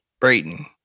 Brayton